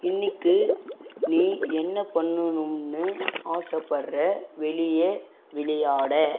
இன்னிக்கு நீ என்ன பண்ணனும்னு ஆசைப்பட்ற வெளியே விளையாட